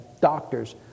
doctors